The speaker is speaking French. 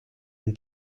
une